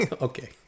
Okay